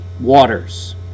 waters